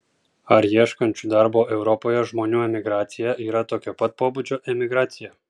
ar ieškančių darbo europoje žmonių emigracija yra tokio pat pobūdžio emigracija